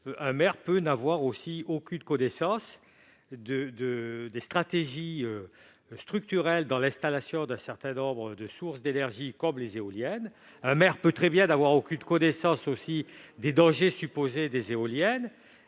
Un maire peut n'avoir aucune connaissance des stratégies structurelles dans l'installation d'un certain nombre de sources d'énergie comme les éoliennes. Un maire peut très bien n'avoir aucune connaissance des dangers supposés des éoliennes.